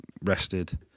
rested